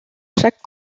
chaque